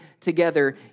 together